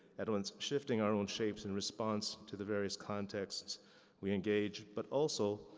at once, shifting our own shapes and response to the various contexts we engage, but also,